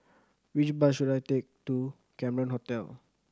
which bus should I take to Cameron Hotel